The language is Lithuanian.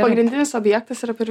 pagrindinis objektas yra per